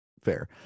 Fair